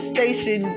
Station